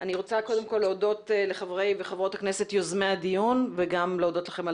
אני רוצה להודות לחברי וחברות הכנסת יוזמי הדיון וגם להודות לכם על